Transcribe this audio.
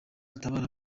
atabara